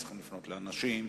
צריך לפנות לאנשים,